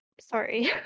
sorry